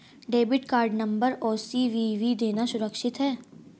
Debit card number और CVV देना सुरक्षित है?